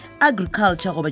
agriculture